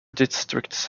districts